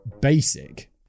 basic